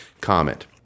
comment